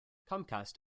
comcast